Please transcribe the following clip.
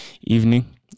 evening